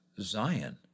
Zion